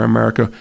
America